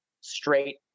straight